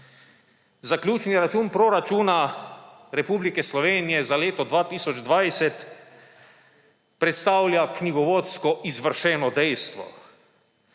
Zaključni račun proračuna Republike Slovenije za leto 2020 predstavlja knjigovodsko izvršeno dejstvo.